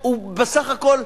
שהוא עוד בסך הכול,